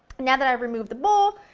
now that i removed the bowl,